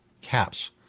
caps